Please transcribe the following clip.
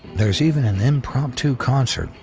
there's even an impromptu concert.